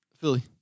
Philly